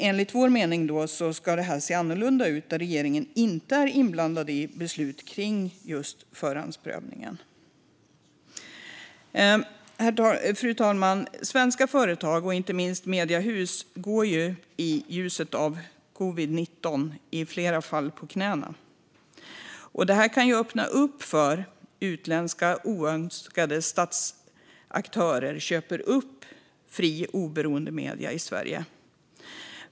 Enligt vår mening ska detta se annorlunda ut, att regeringen inte är inblandad i beslut kring just förhandsprövningen. Fru talman! Svenska företag, och inte minst mediehus, går till följd av covid-19 i flera fall på knäna. Detta kan öppna upp för att oönskade utländska statsaktörer köper upp fria och oberoende medier i Sverige.